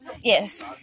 Yes